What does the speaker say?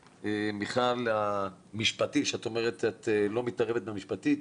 מיכל כשאת אומרת שאת לא מתערבת בפן המשפטי,